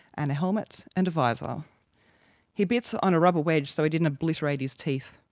and a helmet and a visor. he bit so on a rubber wedge so he didn't obliterate his teeth.